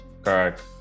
Correct